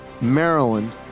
Maryland